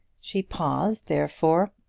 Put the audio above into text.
she paused, therefore,